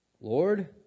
Lord